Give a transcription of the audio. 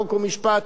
חוק ומשפט,